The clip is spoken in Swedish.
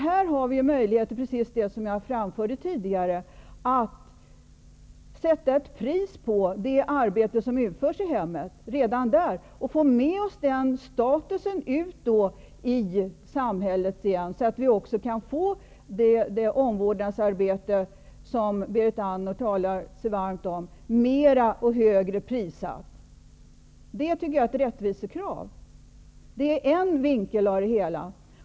Här har vi möjligheter, precis som jag framförde tidigare, att sätta ett pris på det arbete som utförs i hemmet redan där och få med oss den statusen ut i samhället igen, så att vi också kan få det omvårdnadsarbete som Berit Andnor talar sig varm för högre prissatt. Det tycker jag är ett rättvisekrav. Det är en vinkel av det hela.